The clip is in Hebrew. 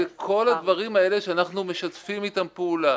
זה כל הדברים האלה שאנחנו משתפים איתם פעולה,